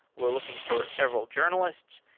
we're looking for several journalists,